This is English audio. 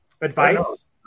advice